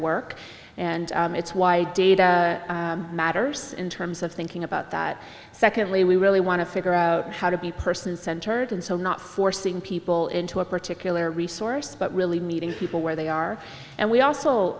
work and it's why data matters in terms of thinking about that secondly we really want to figure out how to be person centered and so not forcing people into a particular resource but really meeting people where they are and we